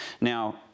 Now